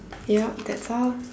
yup that's all